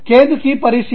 केंद्र की परिसीमा